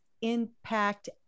impact